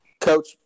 Coach